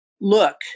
look